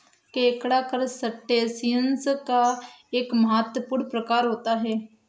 केकड़ा करसटेशिंयस का एक महत्वपूर्ण प्रकार होता है